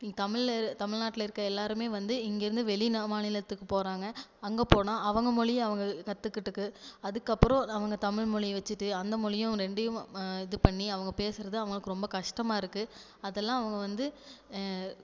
தமிழ்ல தமிழ்நாட்டில இருக்கிற எல்லாருமே வந்து இங்கேயிருந்து வெளிமாநிலத்துக்கு போகிறாங்க அங்கே போனால் அவங்க மொழி அவங்க கத்துக்கிட்டதுக்கு அதுக்கப்பறம் அவங்க தமிழ்மொழி வச்சிட்டு அந்த மொழியும் ரெண்டையும் இது பண்ணி அவங்க பேசுறது அவங்களுக்கு ரொம்ப கஷ்டமாக இருக்குது அதெல்லாம் அவங்க வந்து